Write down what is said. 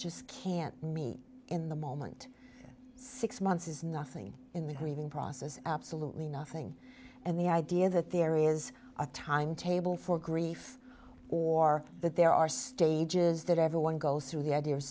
just can't meet in the moment six months is nothing in the grieving process absolutely nothing and the idea that there is a time table for grief or that there are stages that everyone goes through the idea